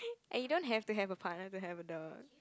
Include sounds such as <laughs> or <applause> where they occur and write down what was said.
<laughs> you don't have to have a partner to have a dog